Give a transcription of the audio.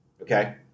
Okay